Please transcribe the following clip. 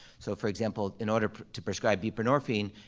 so for example, in order to prescribe buprenorphine,